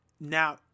now